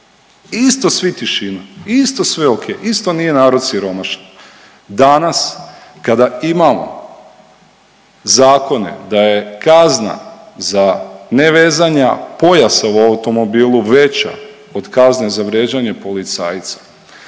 Isto svi tišina, isto sve ok, isto nije narod siromašan. Danas kada imamo zakone da je kazna za nevezanja pojasa u automobilu veća od kazne za vrijeđanje policajca,